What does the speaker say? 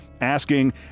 Asking